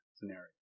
scenario